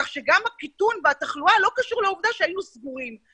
כך גם הקיטון בתחלואה לא קשור לעובדה שהיינו סגורים.